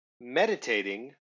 Meditating